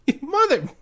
Mother